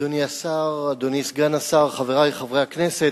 תודה, אדוני השר, אדוני סגן השר, חברי חברי הכנסת,